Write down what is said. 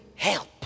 Help